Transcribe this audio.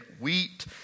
wheat